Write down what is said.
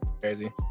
Crazy